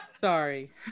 sorry